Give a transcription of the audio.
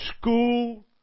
school